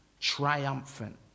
triumphant